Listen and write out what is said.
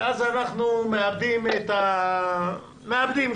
ואז אנחנו מאבדים קצת.